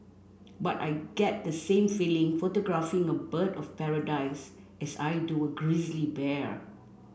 but I get the same feeling photographing a bird of paradise as I do a grizzly bear